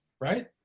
right